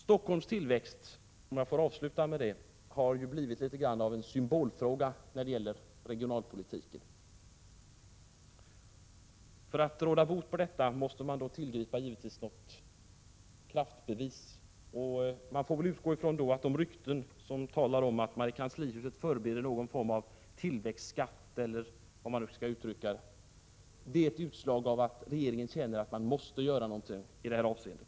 Stockholms tillväxt — om jag får avsluta med detta — har blivit litet grand av en symbolfråga när det gäller regionalpolitiken. För att råda bot på detta måste man givetvis tillgripa något kraftbevis. Man får väl då utgå från att de rykten som talar om att man i kanslihuset förbereder någon form av tillväxtskatt är ett utslag av att regeringen känner att den måste göra något i detta avseende.